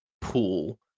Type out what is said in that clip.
pool